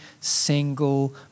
single